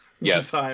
Yes